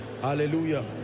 Hallelujah